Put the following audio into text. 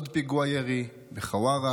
עוד פיגוע ירי בחווארה.